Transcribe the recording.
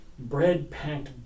bread-packed